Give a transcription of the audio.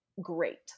great